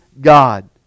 God